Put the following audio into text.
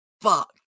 fuck